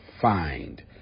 find